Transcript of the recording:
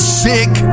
sick